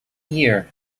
here